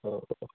ஓ